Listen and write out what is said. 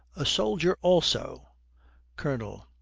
a soldier also colonel.